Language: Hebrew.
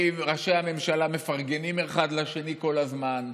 ראשי הממשלה מפרגנים אחד לשני כל הזמן,